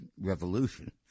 revolution